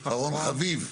אחרון חביב.